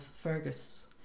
Fergus